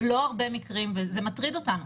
לא הרבה מקרים, וזה מטריד אותנו.